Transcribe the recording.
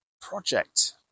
project